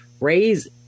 raise